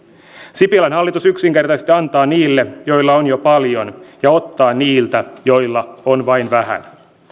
sipilän hallitus yksinkertaisesti antaa niille joilla on jo paljon ja ottaa niiltä joilla on vain vähän